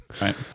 Right